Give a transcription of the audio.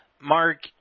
Mark